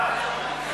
(תיקון,